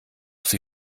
sie